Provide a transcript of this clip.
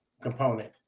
component